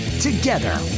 together